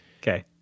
Okay